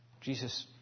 Jesus